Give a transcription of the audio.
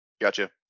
gotcha